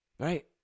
Right